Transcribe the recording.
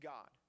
God